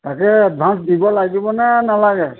তাকে এডভাঞ্চ দিব লাগিব নে নালাগে